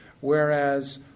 whereas